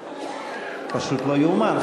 פשוט לא ייאמן.